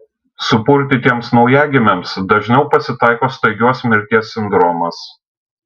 supurtytiems naujagimiams dažniau pasitaiko staigios mirties sindromas